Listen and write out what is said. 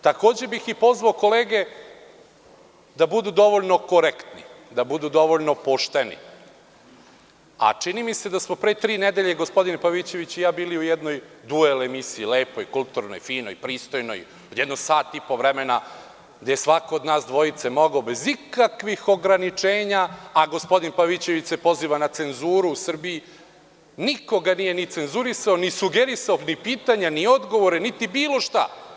Takođe bih pozvao kolege da budu dovoljno korektni, da budu dovoljno pošteni, a čini mi se da smo pre tri nedelje gospodin Pavićević i ja bili u jednoj duel emisiji, lepoj, kulturnoj, finoj, pristojnoj, od jedno sat i po vremena, gde je svako od nas dvojice mogao bez ikakvih ograničenja, a gospodin Pavićević se poziva na cenzuru u Srbiji, niko ga nije ni cenzurisao, ni sugerisao ni pitanja ni odgovore, niti bilo šta.